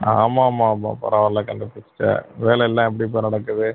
ஆமாமா ஆமாம் பரவாயில்லை கண்டுபிடிச்சிட்ட வேலையெல்லாம் எப்படிப்பா நடக்குது